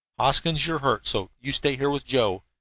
hoskins, you're hurt, so you stay here with joe.